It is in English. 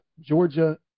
Georgia